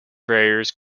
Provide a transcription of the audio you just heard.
barriers